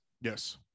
Yes